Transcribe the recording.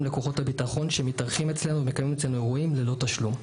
לכוחות הביטחון שמתארחים אצלנו ומקיימים אצלנו אירועים ללא תשלום.